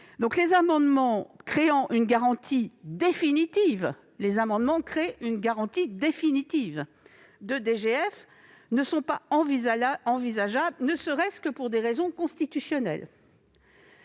les amendements visant à créer une garantie définitive du montant de la DGF ne sont pas envisageables, ne serait-ce que pour des raisons constitutionnelles.